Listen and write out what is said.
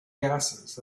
gases